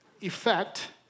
effect